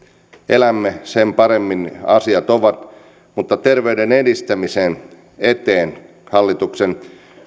elämme sen paremmin asiat ovat mutta terveyden edistämisen eteen hallitus